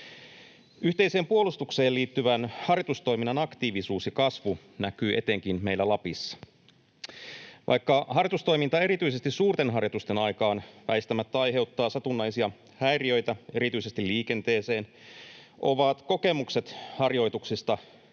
Yhteiseen puolustukseen liittyvän harjoitustoiminnan aktiivisuus ja kasvu näkyy etenkin meillä Lapissa. Vaikka harjoitustoiminta erityisesti suurten harjoitusten aikaan väistämättä aiheuttaa satunnaisia häiriöitä erityisesti liikenteeseen, ovat kokemukset harjoituksista ja